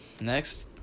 Next